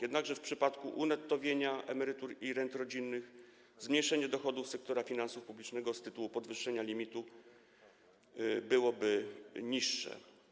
Jednakże w przypadku unettowienia emerytur i rent rodzinnych zmniejszenie dochodów sektora finansów publicznego z tytułu podwyższenia limitu byłoby niższe.